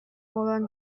буолан